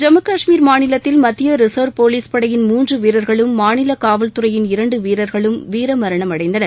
ஜம்மு கஷ்மீர் மாநிலத்தில் மத்திய reserve police படையின் மூன்று வீரர்களும் மாநில காவல்துறையின் இரண்டு வீரர்களும் வீரமரணம் அடைந்தனர்